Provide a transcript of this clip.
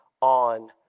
on